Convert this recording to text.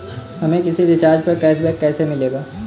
हमें किसी रिचार्ज पर कैशबैक कैसे मिलेगा?